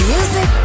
Music